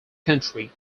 country